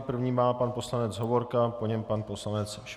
První má pan poslanec Hovorka, po něm pan poslanec Schwarz.